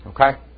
Okay